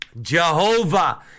Jehovah